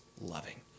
loving